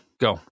Go